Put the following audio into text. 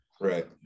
right